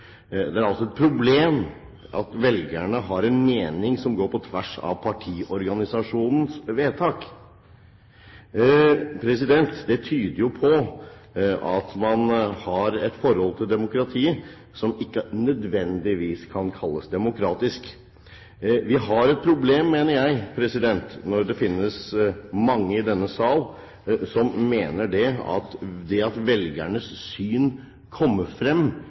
velgerne har en mening som går på tvers av partiorganisasjonens vedtak. Det tyder jo på at man har et forhold til demokrati som ikke nødvendigvis kan kalles demokratisk. Vi har et problem, mener jeg, når mange i denne sal mener at det at velgernes syn kommer klart og tydelig frem,